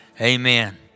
Amen